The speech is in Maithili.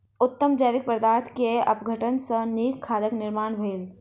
उत्तम जैविक पदार्थ के अपघटन सॅ नीक खादक निर्माण भेल